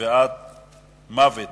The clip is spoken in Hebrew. לקבוע מוות